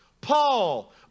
Paul